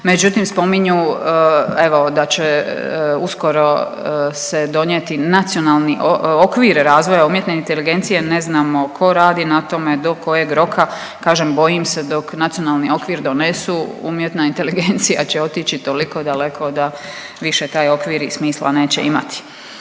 međutim spominju evo da će uskoro se donijeti Nacionalni okvir razvoj umjetne inteligencije, ne znamo ko radi na tome, do kojeg roka, kažem bojim se dok nacionalni okvir donesu umjetna inteligencija će otići toliko daleko da više taj okvir i smisla neće imati.